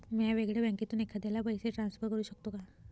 म्या वेगळ्या बँकेतून एखाद्याला पैसे ट्रान्सफर करू शकतो का?